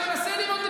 נא לא להפריע.